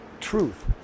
truth